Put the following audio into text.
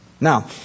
Now